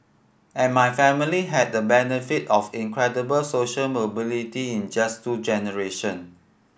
and my family had the benefit of incredible social mobility in just two generation